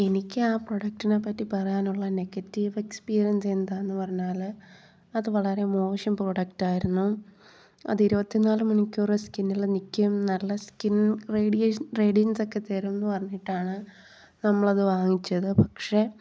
എനിക്ക് ആ പ്രൊഡക്റ്റിനെ പറ്റി പറയാനുള്ള നെഗറ്റീവ് എക്സ്പീരിയൻസ് എന്താണെന്ന് പറഞ്ഞാൽ അത് വളരെ മോശം പ്രൊഡക്റ്റായിരുന്നു അത് ഇരുപത്തിനാല് മണിക്കൂർ സ്കിന്നിൽ നിൽക്കും നല്ല സ്കിൻ റേഡിയേഷൻ റേഡിയൻസ് ഒക്കെ തരും എന്ന് പറഞ്ഞിട്ടാണ് നമ്മൾ അത് വാങ്ങിച്ചത് പക്ഷെ